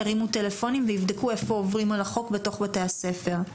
ירימו טלפונים ויבדקו איפה עוברים על החוק בתוך בתי הספר.